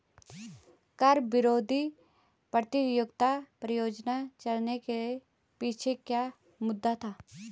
कर विरोधी प्रतियोगिता परियोजना चलाने के पीछे क्या मुद्दा था?